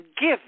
give